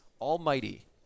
Almighty